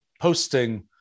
posting